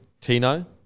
Tino